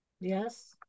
Yes